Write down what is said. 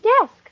desk